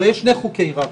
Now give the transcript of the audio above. הרי יש שני חוקי רבין,